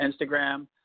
Instagram